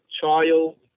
child